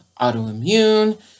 autoimmune